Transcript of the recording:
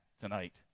tonight